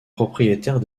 propriétaire